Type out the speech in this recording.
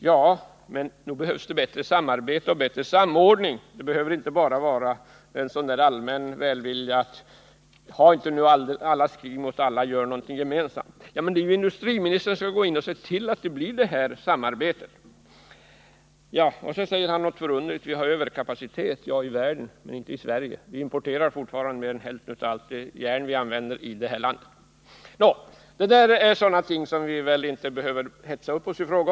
Ja, men nog behövs det bättre samarbete och bättre samordning. Det räcker inte med bara en allmän välvilja — att vi inte skall föra ett allas krig mot alla, att vi skall göra någonting gemensamt. Det är ju industriministern som skall se till att det här samarbetet blir av. Och så säger han någonting förunderligt, nämligen att vi har överkapacitet. Ja, i världen men inte i Sverige. Vi importerar fortfarande mer än hälften av allt järn vi använder här i landet. I fråga om sådana ting behöver vi väl inte hetsa upp oss.